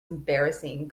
embarrassing